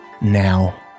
now